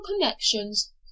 connections